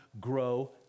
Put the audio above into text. grow